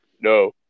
no